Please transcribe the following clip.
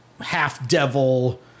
half-devil